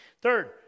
Third